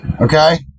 Okay